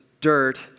dirt